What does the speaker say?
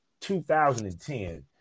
2010